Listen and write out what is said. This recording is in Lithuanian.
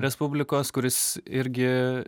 respublikos kuris irgi